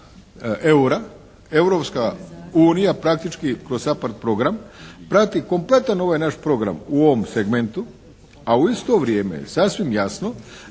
eura Europska unija praktički kroz SAPARD program prati kompletan ovaj naš program u ovom segmentu, a u isto je vrijeme sasvim jasno